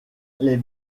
les